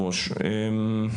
מסמך?